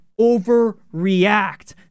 overreact